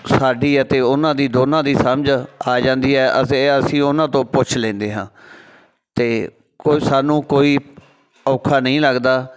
ਸਾਡੀ ਅਤੇ ਉਹਨਾਂ ਦੀ ਦੋਨਾਂ ਦੀ ਸਮਝ ਆ ਜਾਂਦੀ ਹੈ ਅਤੇ ਅਸੀਂ ਉਹਨਾਂ ਤੋਂ ਪੁੱਛ ਲੈਂਦੇ ਹਾਂ ਅਤੇ ਕੋਈ ਸਾਨੂੰ ਕੋਈ ਔਖਾ ਨਹੀਂ ਲੱਗਦਾ